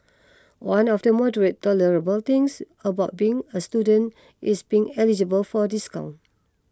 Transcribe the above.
one of the moderately tolerable things about being a student is being eligible for discounts